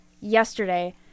yesterday